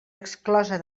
exclosa